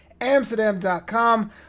Amsterdam.com